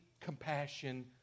compassion